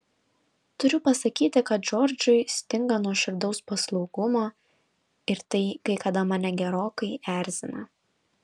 turiu pasakyti kad džordžui stinga nuoširdaus paslaugumo ir tai kai kada mane gerokai erzina